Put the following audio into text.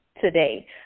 today